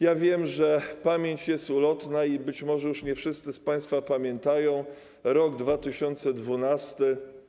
Ja wiem, że pamięć jest ulotna i być może już nie wszyscy z państwa pamiętają rok 2012.